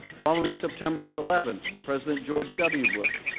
following september eleven, president george w. bush,